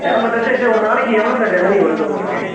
இடம் பார்த்தாச்சு சார் ஒரு நாளைக்கு எவ்வளோ சார் ரெவன்யூ வருது உங்களுக்கு